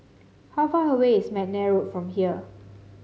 how far away is McNair Road from here